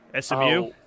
SMU